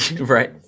right